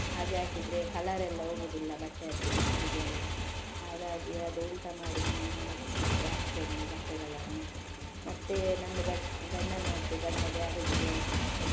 ಹಾಗೆ ಹಾಕಿದ್ರೆ ಕಲ್ಲರ್ ಎಲ್ಲ ಹೋಗುದಿಲ್ಲ ಬಟ್ಟೆಯದ್ದು ಬಿಸಿಲಿಗೆ ಎಲ್ಲ ಹಾಗಾಗಿ ಅದು ಉಲ್ಟ ಮಾಡಿ ನಾನು ಒಣಗಿಸಲಿಕ್ಕೆ ಹಾಕ್ತೇನೆ ಬಟ್ಟೆಗಳನ್ನು ಮತ್ತೇ ನಂದು ಗಟ್ ಗಂಡನದ್ದು ಗಂಡ ಗ್ಯಾರೇಜಿಗೆ ಹೋಗ್ ಹೋಗ್ತಾರೆ